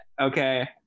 Okay